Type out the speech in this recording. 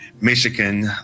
Michigan